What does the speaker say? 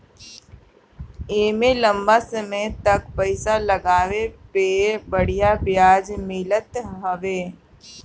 एमे लंबा समय तक पईसा लगवले पे बढ़िया ब्याज मिलत हवे